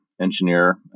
engineer